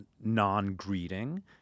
non-greeting